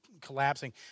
collapsing